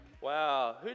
Wow